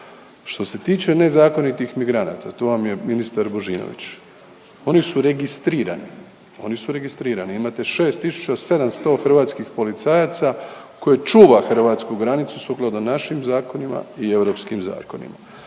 Što se tiče nezakonitih migranata tu vam je ministar Božinović. Oni su registrirati, oni su registrirani. Imate 6 700 hrvatskih policajaca koji čuva hrvatsku granicu sukladno našim zakonima i europskim zakonima.